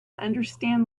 understand